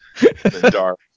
dark